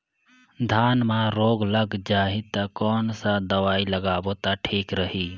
धान म रोग लग जाही ता कोन सा दवाई लगाबो ता ठीक रही?